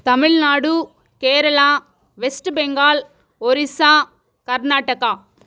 Tamil Nadu Kerala west Bengal Orissa Karnataka